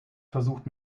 versucht